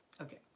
Okay